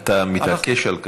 אתה מתעקש על "כבשנו"?